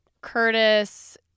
Curtis